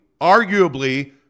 arguably